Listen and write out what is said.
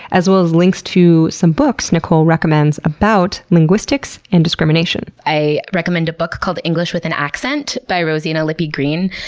as well as links to some books nicole recommends about linguistics and discrimination i recommend a book called english with an accent by rosina lippi-green.